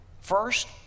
first